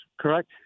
correct